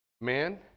man